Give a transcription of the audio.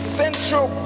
central